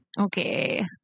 Okay